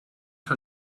her